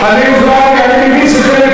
אין גבול להיגיון,